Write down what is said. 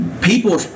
people